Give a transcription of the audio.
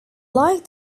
like